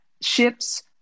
ships